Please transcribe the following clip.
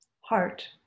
heart